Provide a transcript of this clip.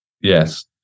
Yes